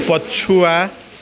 ପଛୁଆ